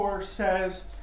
says